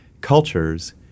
cultures